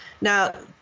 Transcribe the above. Now